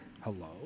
Hello